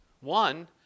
One